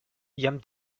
jam